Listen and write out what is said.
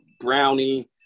brownie